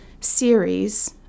series